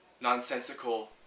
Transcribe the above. nonsensical